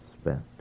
spent